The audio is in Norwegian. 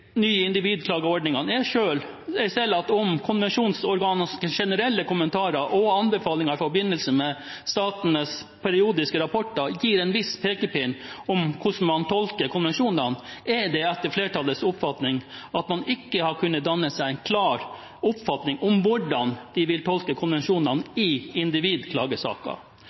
nye individklageordningene er at selv om konvensjonsorganenes generelle kommentarer og anbefalinger i forbindelse med statenes periodiske rapporter gir en viss pekepinn om hvordan de tolker konvensjonene, har man etter flertallets oppfatning ikke kunnet danne seg en klar oppfatning av hvordan de vil tolke konvensjonene i